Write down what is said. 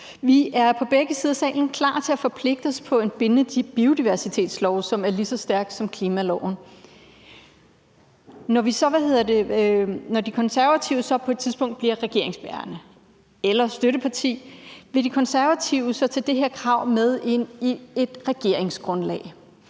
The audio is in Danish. Vi er på begge sider af salen klar til at forpligte os på en bindende biodiversitetslov, som er lige så stærk som klimaloven. Når De Konservative så på et tidspunkt bliver regeringsbærende eller støtteparti, vil De Konservative så tage det her krav med ind i et regeringsgrundlag?